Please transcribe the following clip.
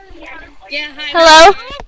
Hello